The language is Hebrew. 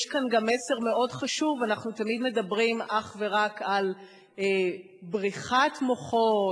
יש כאן גם מסר מאוד חשוב: אנחנו תמיד מדברים אך ורק על בריחת מוחות,